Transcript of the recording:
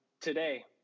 today